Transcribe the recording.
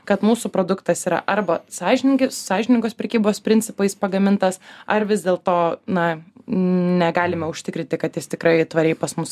kad mūsų produktas yra arba sąžiningi sąžiningos prekybos principais pagamintas ar vis dėlto na negalime užtikrinti kad jis tikrai tvariai pas mus